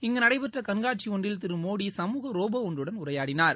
இங்கு நடைபெற்ற கண்காட்சி ஒன்றில் திரு மோடி சமூக ரோபோ ஒன்றுடன் உரையாடினார்